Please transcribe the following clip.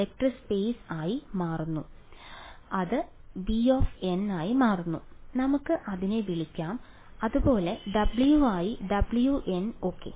അതിനാൽ അത് VN ആയി മാറുന്നു നമുക്ക് അതിനെ വിളിക്കാം അതുപോലെ W ആയി WN ഓകെ